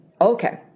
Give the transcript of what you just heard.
Okay